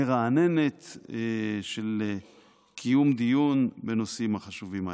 מרעננת של קיום דיון בנושאים החשובים האלה.